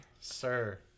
sir